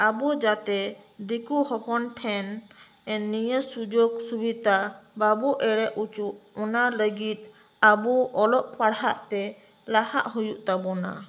ᱟᱵᱚ ᱡᱟᱛᱮ ᱫᱤᱠᱩ ᱦᱚᱯᱚᱱ ᱴᱷᱮᱱ ᱱᱤᱭᱟᱹ ᱥᱩᱡᱳᱜ ᱥᱩᱵᱤᱫᱷᱟ ᱵᱟᱵᱚ ᱮᱲᱮ ᱦᱚᱪᱚᱜ ᱚᱱᱟ ᱞᱟᱹᱜᱤᱫ ᱟᱵᱚ ᱚᱞᱚᱜ ᱯᱟᱲᱦᱟᱜ ᱛᱮ ᱞᱟᱦᱟᱜ ᱦᱩᱭᱩᱜ ᱛᱟᱵᱳᱱᱟ